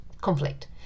conflict